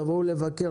תבואו לבקר,